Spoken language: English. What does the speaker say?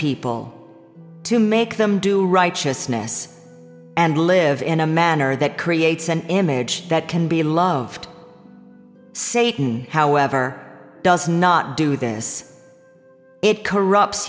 people to make them do righteousness and live in a manner that creates an image that can be loved satan however does not do this it corrupts